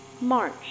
march